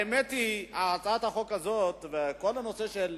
האמת היא, הצעת החוק הזו וכל הנושא של